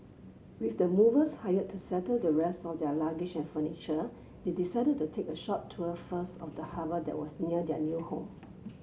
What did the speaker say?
with the movers hired to settle the rest of their luggage and furniture they decided to take a short tour first of the harbour that was near their new home